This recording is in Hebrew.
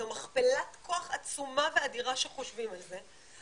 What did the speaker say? זו מכפלת כוח עצומה ואדירה כשחושבים על זה,